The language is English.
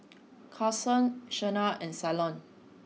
Carsen Shena and Ceylon